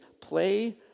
play